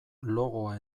logoa